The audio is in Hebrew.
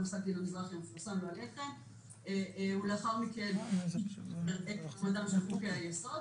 פסק דין המזרחי המפורסם ולאחר מכן את כבודם של חוקי-היסוד,